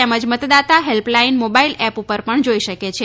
તેમજ મતદાતા helpline mobile app પર પણ જોઇ શકે છે